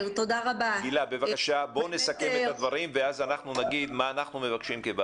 בואי נסכם את הדברים ואחר כך נגיד מה הוועדה מבקשת.